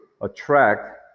attract